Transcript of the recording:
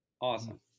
Awesome